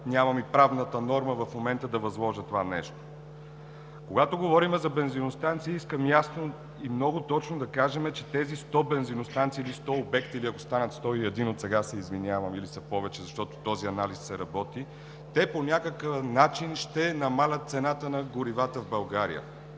нямам и правната норма в момента да възложа това нещо. Когато говорим за бензиностанции, искам ясно и много точно да кажем, че тези 100 бензиностанции, или 100 обекта, или ако станат 101, отсега се извинявам, или са повече, защото този анализ се работи, те по някакъв начин ще намаляват цената на горивата в България.